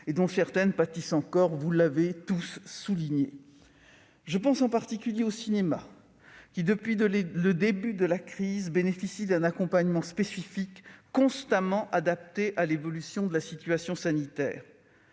et dont certaines pâtissent encore- vous l'avez tous souligné. Je pense en particulier au cinéma, qui, depuis le début de la crise, bénéficie d'un accompagnement spécifique constamment adapté à l'évolution de la situation sanitaire.